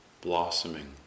blossoming